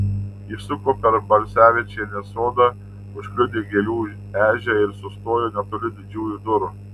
išsuko per balsevičienės sodą užkliudė gėlių ežią ir sustojo netoli didžiųjų durų